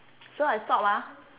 so I stop ah